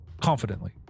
confidently